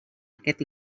aquest